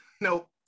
nope